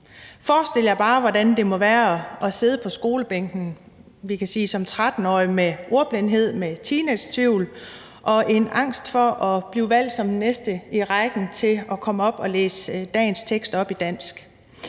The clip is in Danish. Forestil jer bare, hvordan det må være at sidde på skolebænken med ordblindhed som f.eks. en 13-årig med teenagetvivl og en angst for at blive valgt som den næste i rækken til at komme op og læse dagens tekst op i dansk.